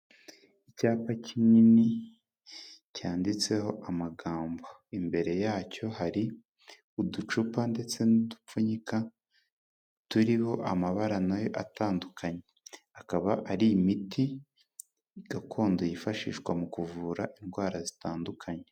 Icyapa kinini cyanditseho amagambo imbere yacyo hari uducupa ndetse n'udupfunyika turiho amabara nayo atandukanye, akaba ari imiti gakondo yifashishwa mu kuvura indwara zitandukanye.